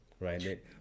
right